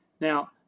Now